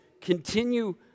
continue